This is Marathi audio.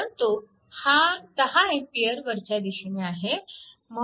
परंतु हा 10A वरच्या दिशेने आहे